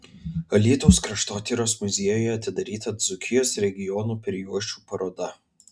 alytaus kraštotyros muziejuje atidaryta dzūkijos regiono prijuosčių paroda